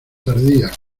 tardía